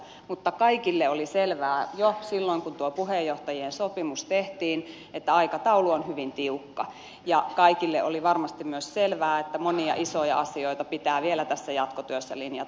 mutta kaikille oli selvää jo silloin kun tuo puheenjohtajien sopimus tehtiin että aikataulu on hyvin tiukka ja kaikille oli varmasti myös selvää että monia isoja asioita pitää vielä tässä jatkotyössä linjata